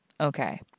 Okay